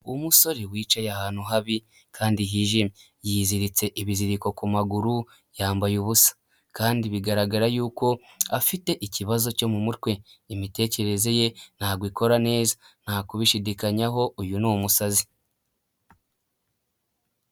Umusore wicaye ahantu habi kandi hijimye yiziritse ibiziriko ku maguru yambaye ubusa kandi bigaragara yuko afite ikibazo cyo mu mutwe imitekerereze ye ntago ikora neza nta kubishidikanyaho uyu ni umusazi.